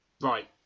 right